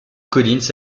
collins